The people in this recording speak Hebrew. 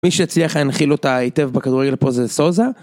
מי שהצליח להנחיל אותה היטב בכדורגל פה זה סוזה